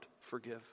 forgive